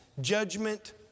judgment